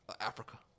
Africa